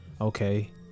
okay